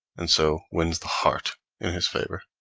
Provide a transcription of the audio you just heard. and so wins the heart in his favor.